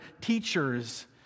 teachers